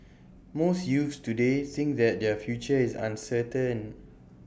most youths today think that their future is uncertain